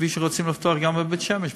כפי שרוצים לפתוח גם בבית-שמש,